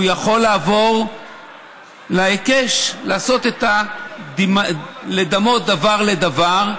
הוא יכול לעבור להיקש, לדמות דבר לדבר,